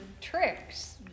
tricks